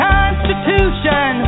Constitution